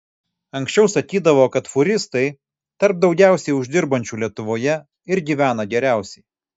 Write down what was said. anksčiau sakydavo kad fūristai tarp daugiausiai uždirbančių lietuvoje ir gyvena geriausiai